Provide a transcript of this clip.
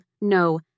No